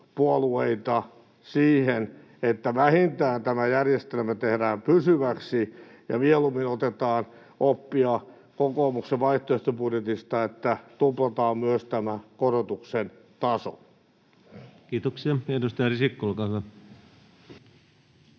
hallituspuolueita siihen, että vähintään tämä järjestelmä tehdään pysyväksi ja mieluummin otetaan oppia kokoomuksen vaihtoehtobudjetista, että tuplataan myös tämä korotuksen taso. [Speech 127] Speaker: Ensimmäinen